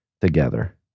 together